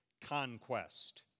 conquest